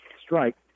strike